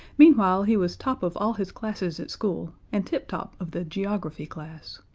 meanwhile, he was top of all his classes at school, and tip-top of the geography class.